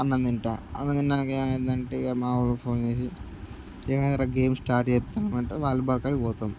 అన్నం తింటాను అన్నం తిన్నాక ఏమవుతుందంటే ఇంక మావాడికి ఫోన్ చేసి ఏమైందిరా గేమ్ స్టార్ట్ చేస్తున్నాము అంటే వాలీబాల్ కాడకి పోతాం